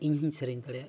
ᱤᱧ ᱦᱚᱧ ᱥᱮᱨᱮᱧ ᱫᱟᱲᱮᱭᱟᱜ ᱜᱮᱭᱟ